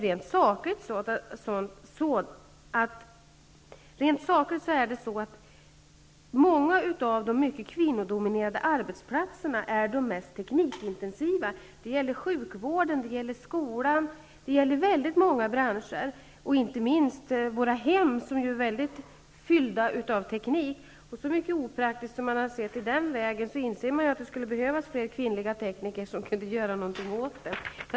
Rent sakligt är det dessutom så, att många av de mycket kvinnodominerade arbetsplatserna är de mest teknikintensiva. Det gäller sjukvården, skolan och väldigt många branscher. Inte minst våra hem är fyllda av teknik, och så mycket opraktiskt som man har sett i den vägen, inser man att det skulle behövas fler kvinnliga tekniker som kunde göra någonting åt det.